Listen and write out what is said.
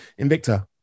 Invicta